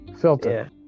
filter